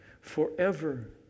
Forever